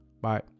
Bye